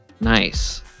Nice